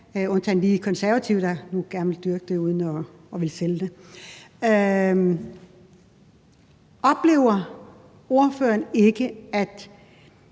undtagen lige Konservative, der nu gerne vil dyrke det uden at ville sælge det. Oplever ordføreren ikke, at